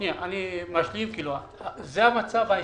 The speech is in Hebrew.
זה המצב ההסכמי.